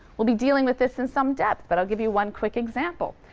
we'll be dealing with this in some depth, but i'll give you one quick example.